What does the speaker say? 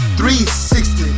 360